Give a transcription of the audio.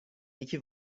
یکی